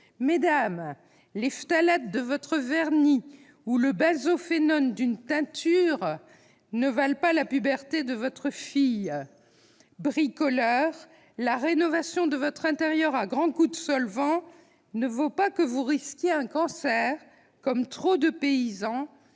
Mesdames, les phtalates de votre vernis ou le benzophénone de votre teinture ne valent pas la puberté de votre fille. Bricoleurs, la rénovation de votre intérieur à grands coups de solvants ne mérite pas que vous risquiez un cancer, comme c'est le cas